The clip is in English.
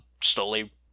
slowly